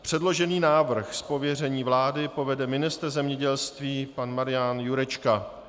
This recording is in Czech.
Předložený návrh z pověření vlády uvede ministr zemědělství pan Marian Jurečka.